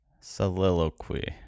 Soliloquy